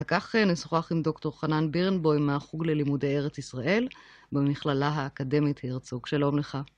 כך נשוחח עם דוקטור חנן בירנבוים מהחוג ללימודי ארץ ישראל במכללה האקדמית הרצוג. שלום לך.